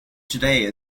today